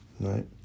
right